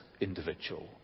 individual